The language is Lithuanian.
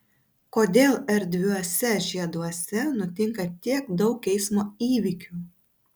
kodėl erdviuose žieduose nutinka tiek daug eismo įvykių